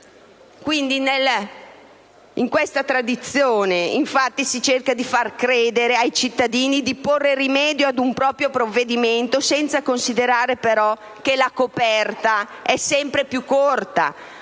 di questa tradizione, si cerca di far credere ai cittadini che si pone rimedio ad un proprio provvedimento, senza considerare che la coperta è sempre più corta,